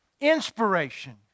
Inspiration